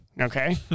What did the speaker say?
Okay